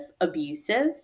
abusive